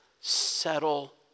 Settle